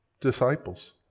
disciples